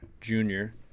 junior